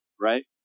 right